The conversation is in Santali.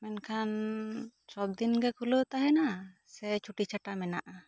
ᱢᱮᱱᱠᱷᱟᱱ ᱥᱚᱵ ᱫᱤᱱ ᱜᱮ ᱠᱷᱩᱞᱟᱣ ᱛᱟᱦᱮᱸᱱᱟ ᱥᱮ ᱪᱷᱩᱴᱤ ᱪᱷᱟᱴᱟ ᱢᱮᱱᱟᱜᱼᱟ